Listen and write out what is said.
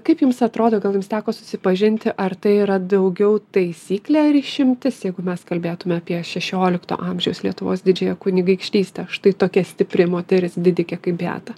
kaip jums atrodo gal jums teko susipažinti ar tai yra daugiau taisyklė ar išimtis jeigu mes kalbėtume apie šešiolokto amžiaus lietuvos didžiąją kunigaikštystę štai tokia stipri moteris didikė kaip beata